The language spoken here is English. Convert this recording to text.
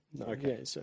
Okay